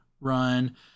run